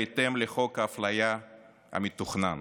בהתאם לחוק ההפליה המתוכנן,